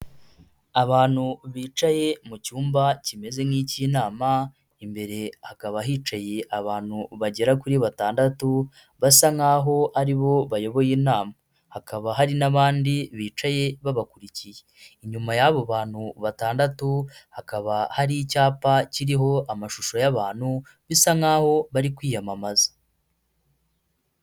Abantu bicaye mu cyumba kimeze nk'icy'inama, imbere hakaba hicaye abantu bagera kuri batandatu, basa nk'aho aribo bayoboye inama, hakaba hari n'abandi bicaye babakurikiye, inyuma y'abo bantu batandatu hakaba hari icyapa kiriho amashusho y'abantu bisa nk'aho bari kwiyamamaza.